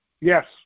Yes